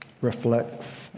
reflects